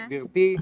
גברתי,